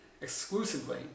exclusively